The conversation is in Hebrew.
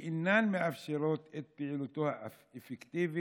שאינן מאפשרות את פעילותו האפקטיבית,